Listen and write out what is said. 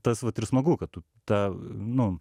tas vat ir smagu kad tu tą nu